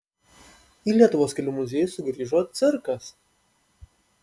į lietuvos kelių muziejų sugrįžo cirkas